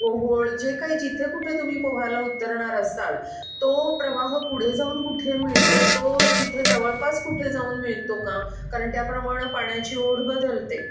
ओहोळ जे काही जिथे कुठे तुम्ही पोहायला उतरणार असाल तो प्रवाह पुढे जाऊन कुठे मिळतो तो तिथे जवळपास कुठे जाऊन मिळतो का कारण त्याप्रमाणं पाण्याची ओढ बदलते